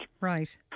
Right